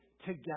together